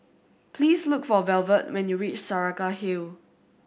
please look for Velvet when you reach Saraca Hill